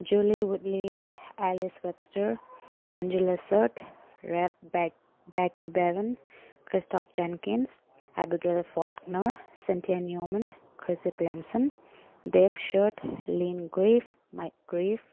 ꯖꯨꯂꯤ ꯋꯨꯠꯂꯤ Alice Webster ꯑꯦꯟꯖꯦꯂꯤ ꯁꯔꯠ ꯔꯦꯞ ꯕꯦꯛ ꯕꯦꯛꯀꯤ ꯕꯦꯕꯟ ꯄ꯭ꯔꯤꯁꯇꯣꯞ ꯖꯦꯟꯀꯤꯟꯁ ꯑꯦꯕꯤꯒꯤꯜ ꯐꯣꯜꯅꯔ ꯁꯦꯟꯊꯤꯅ꯭ꯌꯣꯃꯟ ꯀ꯭ꯔꯤꯁꯤ ꯀ꯭ꯂꯦꯝꯁꯟ ꯗꯦꯞꯁꯥꯔꯠ ꯂꯤꯟ ꯒ꯭ꯔꯤꯐ ꯃꯥꯏꯛ ꯒ꯭ꯔꯤꯐ